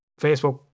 Facebook